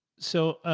so,